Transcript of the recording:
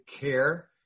care